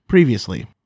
previously